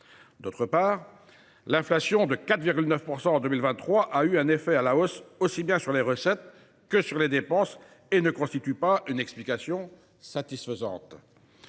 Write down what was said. d’autre part, l’inflation de 4,9 % en 2023 a eu un effet à la hausse tant pour les recettes que pour les dépenses et ne constitue donc pas une explication satisfaisante.